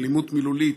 אלימות מילולית,